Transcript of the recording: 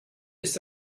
ist